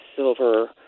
Silver